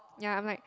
ya I'm like